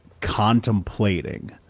contemplating